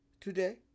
today